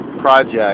project